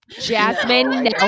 Jasmine